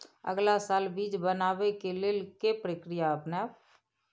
अगला साल बीज बनाबै के लेल के प्रक्रिया अपनाबय?